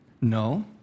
No